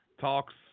talks